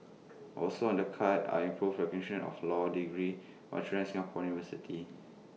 also on the cards are improved recognition of law degrees Australian Singaporean universities